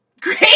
great